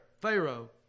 Pharaoh